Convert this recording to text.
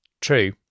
True